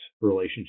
relationship